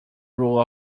rule